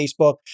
Facebook